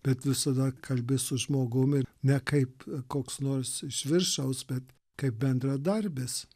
bet visada kalbi su žmogum ir ne kaip koks nors iš viršaus bet kaip bendradarbis